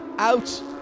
out